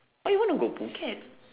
why you wanna go phuket